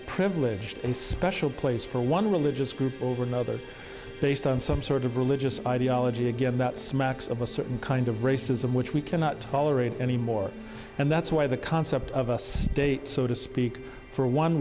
privileged and special place for one religious group over another based on some sort of religious ideology again that smacks of a certain kind of racism which we cannot tolerate anymore and that's why the concept of a date so to speak for one